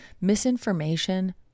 misinformation